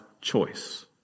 choice